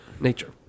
nature